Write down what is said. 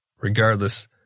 Regardless